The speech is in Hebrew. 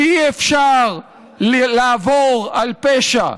כי אי-אפשר לעבור על פשע,